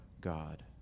God